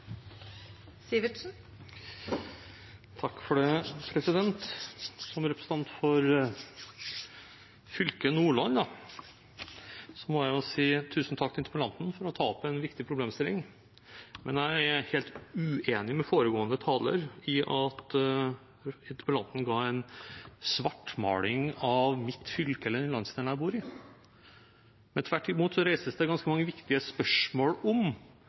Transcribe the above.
Som representant for fylket Nordland må jeg si tusen takk til interpellanten for å ta opp en viktig problemstilling. Jeg er helt uenig med foregående taler i at interpellanten svartmalte mitt fylke og landsdelen jeg bor i. Tvert imot ble det reist ganske mange viktige spørsmål om